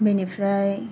बेनिफ्राइ